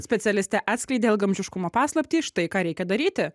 specialistė atskleidė ilgaamžiškumo paslaptį štai ką reikia daryti